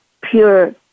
pure